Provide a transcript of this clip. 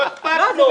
לא אכפת לו.